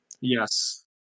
Yes